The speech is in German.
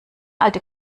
alte